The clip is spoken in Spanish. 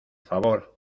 favor